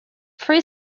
free